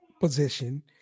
Position